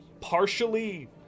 partially